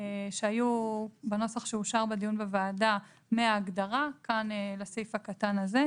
שהיו בנוסח שאושר לדיון בוועדה מההגדרה כאן לסעיף הקטן הזה,